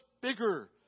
bigger